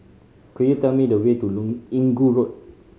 could you tell me the way to Inggu Road